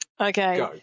okay